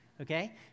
okay